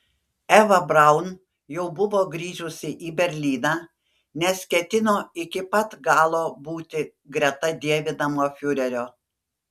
eva braun jau buvo grįžusi į berlyną nes ketino iki pat galo būti greta dievinamo fiurerio